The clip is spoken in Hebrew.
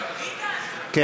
אני קובע כי